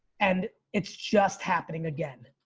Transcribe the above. and it's just happening again.